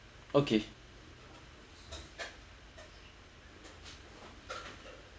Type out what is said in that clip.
okay